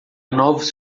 novos